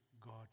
God